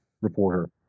reporter